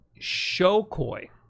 Shokoi